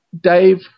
Dave